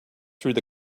through